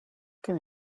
can